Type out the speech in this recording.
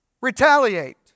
retaliate